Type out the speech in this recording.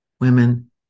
women